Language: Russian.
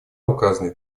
указаны